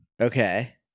Okay